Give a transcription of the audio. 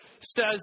says